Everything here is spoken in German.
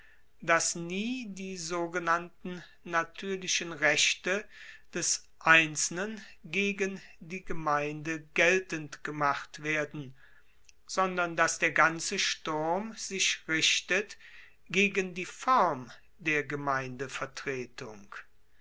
dass nie die sogenannten natuerlichen rechte des einzelnen gegen die gemeinde geltend gemacht werden sondern dass der ganze sturm sich richtet gegen die form der gemeindevertretung